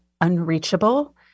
unreachable